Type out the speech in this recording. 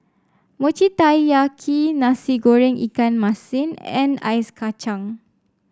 Mochi Taiyaki Nasi Goreng Ikan Masin and Ice Kacang